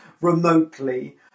remotely